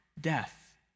death